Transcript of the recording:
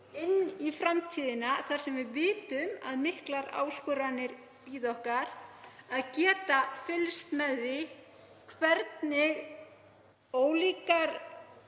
inn í framtíðina þar sem við vitum að miklar áskoranir bíða okkar, að geta fylgst með því hvernig ólíkar